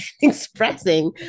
expressing